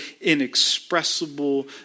inexpressible